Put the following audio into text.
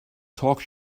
talk